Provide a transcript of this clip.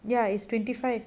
ya it's twenty five